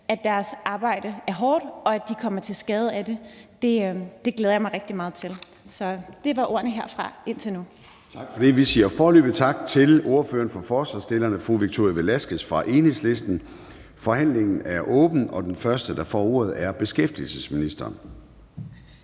at deres arbejde er hårdt, og at de kommer til skade af det. Det var ordene herfra indtil nu. Kl. 10:38 Formanden (Søren Gade): Tak for det. Vi siger foreløbig tak til ordføreren for forslagsstillerne, fru Victoria Velasquez fra Enhedslisten. Forhandlingen er åbnet, og den første, der får ordet, er beskæftigelsesministeren.